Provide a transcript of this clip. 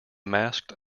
masked